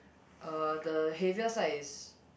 uh the heavier side is